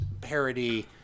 parody